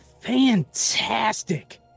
fantastic